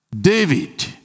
David